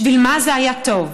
בשביל מה זה היה טוב.